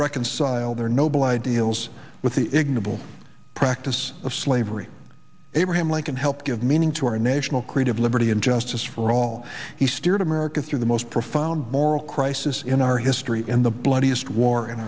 reconcile their noble ideals with the ignoble practice of slavery abraham lincoln helped give meaning to our national creed of liberty and justice for all he steered america through the most profound moral crisis in our history and the bloodiest war in